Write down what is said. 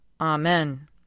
Amen